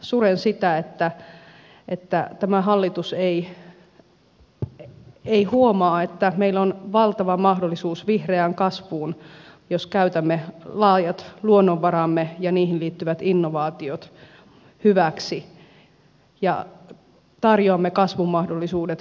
suren sitä että tämä hallitus ei huomaa että meillä on valtava mahdollisuus vihreään kasvuun jos käytämme laajat luonnonvaramme ja niihin liittyvät innovaatiot hyväksi ja tarjoamme kasvun mahdollisuudet koko suomeen